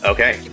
Okay